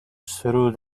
through